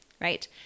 right